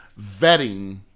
vetting